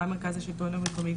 גם מרכז השלטון המקומי,